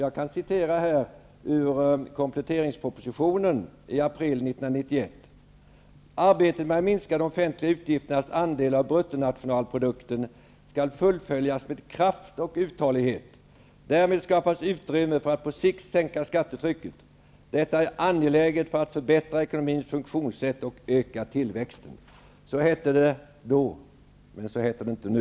Man skrev i kompletteringspropositionen i april 1991: Arbetet med att minska de offentliga utgifternas andel av bruttonationalprodukten skall fullföljas med kraft och uthållighet. Därmed skapas utrymme för att på sikt sänka skattetrycket. Detta är angeläget för att förbättra ekonomins funktionssätt och öka tillväxten. Så hette det då, men så heter det inte nu.